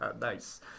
Nice